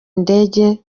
ndege